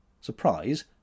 Surprise